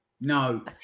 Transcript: No